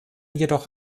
jedoch